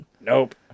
nope